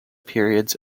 periods